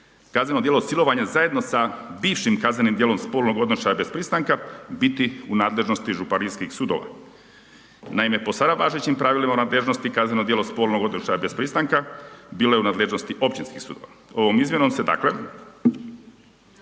kazneno djelo silovanja zajedno sa bivšim kaznenim djelom spolnog odnošaja bez pristanka biti u nadležnosti županijskih sudova. Naime po sada važećim pravilima nadležnosti, kazneno djelo spolnog odnošaja bez pristanka bilo je u nadležnosti općinskih sudova. Ovom izmjenom se dakle